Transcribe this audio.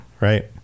Right